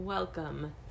Welcome